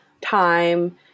time